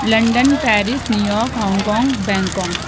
London Paris New York Hong Kong Bangkok